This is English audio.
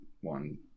one